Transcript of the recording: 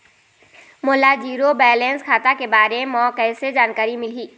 मोला zero balance खाता के बारे म कैसे जानकारी मिलही?